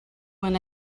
when